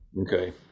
okay